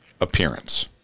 appearance